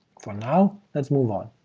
for now, let's move on.